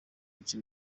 bice